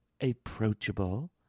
approachable